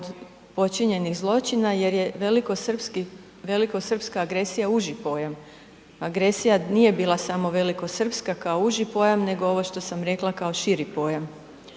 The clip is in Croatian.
od počinjenih zločina jer je velikosrpska agresija uži pojam. Agresija nije bila samo velikosrpska kao uži pojam nego ovo što sam rekla kao širi pojam.